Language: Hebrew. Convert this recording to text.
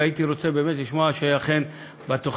והייתי רוצה באמת לשמוע שאכן בתוכניות